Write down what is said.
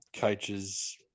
coaches